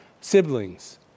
Siblings